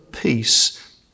peace